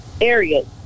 areas